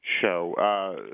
show